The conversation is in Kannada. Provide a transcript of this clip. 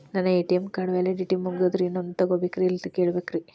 ನನ್ನ ಎ.ಟಿ.ಎಂ ಕಾರ್ಡ್ ನ ವ್ಯಾಲಿಡಿಟಿ ಮುಗದದ್ರಿ ಇನ್ನೊಂದು ತೊಗೊಬೇಕ್ರಿ ಎಲ್ಲಿ ಕೇಳಬೇಕ್ರಿ?